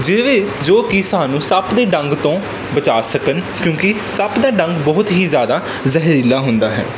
ਜਿਵੇਂ ਜੋ ਕਿ ਸਾਨੂੰ ਸੱਪ ਦੇ ਡੰਗ ਤੋਂ ਬਚਾ ਸਕਣ ਕਿਉਂਕਿ ਸੱਪ ਦਾ ਡੰਗ ਬਹੁਤ ਹੀ ਜ਼ਿਆਦਾ ਜ਼ਹਿਰੀਲਾ ਹੁੰਦਾ ਹੈ